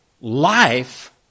life